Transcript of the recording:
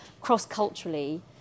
cross-culturally